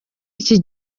iki